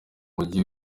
polisi